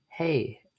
Hey